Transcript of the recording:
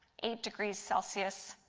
eight degrees celsius,